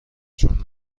جون